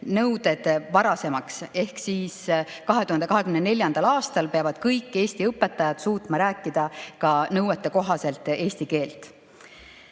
aeg] varasemaks. Ehk siis 2024. aastal peavad kõik Eesti õpetajad suutma rääkida nõuetekohaselt eesti keelt.